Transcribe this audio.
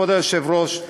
כבוד היושב-ראש,